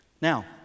Now